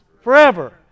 forever